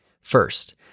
First